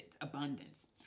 abundance